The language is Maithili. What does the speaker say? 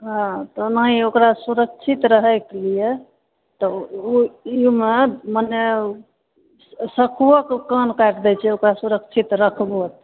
हँ तऽ ओनाही ओकरा सुरक्षित रहएके लिए तब एहिमे मने शखुओके कान काटि दै छै ओकरा सुरक्षित रखबहो